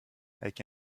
avec